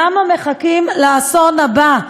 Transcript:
למה מחכים לאסון הבא?